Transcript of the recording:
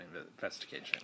investigation